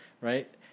right